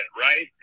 right